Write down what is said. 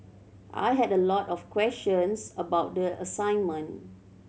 I had a lot of questions about the assignment